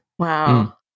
Wow